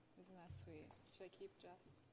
that sweet? should i keep jeff's